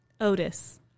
Otis